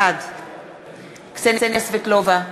בעד קסניה סבטלובה,